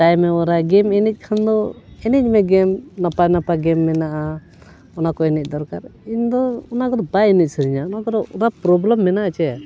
time ᱮ ᱚᱨᱟᱭ ᱜᱮᱢ ᱮᱱᱮᱡ ᱠᱷᱟᱱ ᱫᱚ ᱮᱱᱮᱡ ᱢᱮ ᱜᱮᱢ ᱱᱟᱯᱟᱭ ᱱᱟᱯᱟᱭ ᱜᱮᱢ ᱢᱮᱱᱟᱜᱼᱟ ᱚᱱᱟ ᱠᱚ ᱮᱱᱮᱡ ᱫᱚᱨᱠᱟᱨ ᱤᱧᱫᱚ ᱚᱱᱟ ᱠᱚᱫᱚ ᱵᱟᱭ ᱮᱱᱮᱡ ᱥᱟᱹᱱᱟᱹᱧᱟ ᱚᱱᱟ ᱠᱚᱫᱚ ᱚᱱᱟ ᱯᱨᱳᱵᱞᱮᱢ ᱢᱮᱱᱟᱜᱼᱟ ᱥᱮ